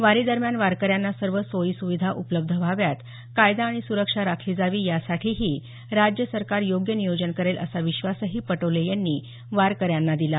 वारीदरम्यान वारकऱ्यांना सर्व सोयीसुविधा उपलबध व्हाव्यात कायदा आणि सुरक्षा राखली जावी यासाठीही राज्य सरकार योग्य नियोजन करेल असा विश्वासही पटोले यांनी वारकऱ्यांना दिला